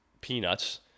peanuts